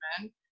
men